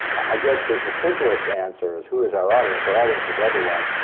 i guess, the the simplest answer is, who is our audience? our audience is everyone.